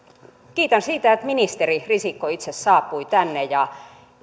kiitän siitä että ministeri risikko itse saapui tänne ja